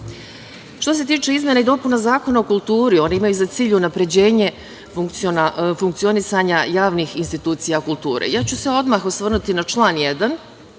se tiče izmena i dopuna Zakona o kulturi, one imaju za cilj unapređenje funkcionisanja javnih institucija kulture. Ja ću se odmah osvrnuti na član 1.